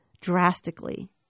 drastically